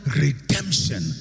redemption